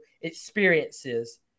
experiences